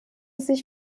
sich